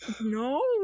No